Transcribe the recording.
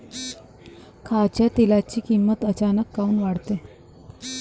खाच्या तेलाची किमत अचानक काऊन वाढते?